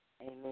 Amen